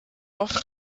oft